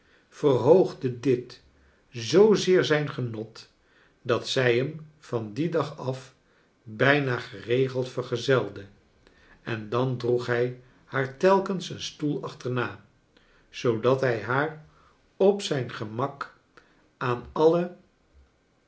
verhoogde dit zoo zeer zijn genot dat zrj hem van dien dag af bijna geregeld vergezelde en dan droeg iij haa r telkens een stoel achterna zoodat hij haar op zijn gemak aan alle